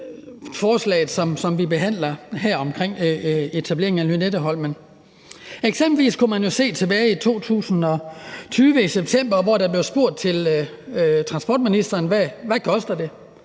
forslaget, som vi behandler her, om etablering af Lynetteholm. Eksempelvis kunne man jo se tilbage i september 2020, at transportministeren blev spurgt